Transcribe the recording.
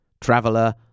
traveler